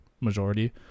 majority